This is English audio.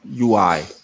UI